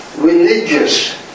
religious